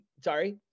sorry